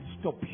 stop